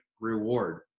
reward